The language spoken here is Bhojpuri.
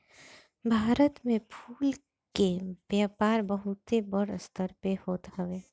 भारत में फूल के व्यापार बहुते बड़ स्तर पे होत हवे